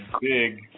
big